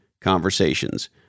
conversations